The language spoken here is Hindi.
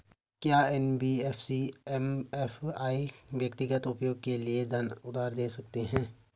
क्या एन.बी.एफ.सी एम.एफ.आई व्यक्तिगत उपयोग के लिए धन उधार दें सकते हैं?